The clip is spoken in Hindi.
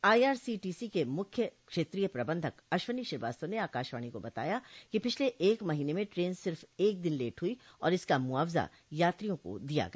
आईआरसीटीसी के मुख्य क्षेत्रीय प्रबंधक अश्वनी श्रीवास्तव न आकाशवाणी को बताया कि पिछले एक महीने में ट्रेन सिर्फ एक दिन लेट हुई और इसका मुआवजा यात्रियों को दिया गया